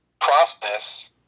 process